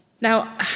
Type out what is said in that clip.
Now